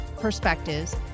perspectives